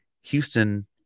Houston